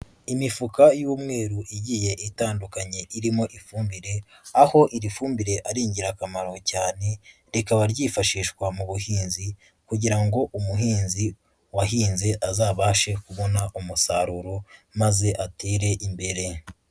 Imifuka y'umweru igiye itandukanye irimo ifumbire, aho iri fumbire ari ingirakamaro cyane rikaba ryifashishwa mu buhinzi kugira ngo umuhinzi wahinze azabashe kubona umusaruro maze atere imbere.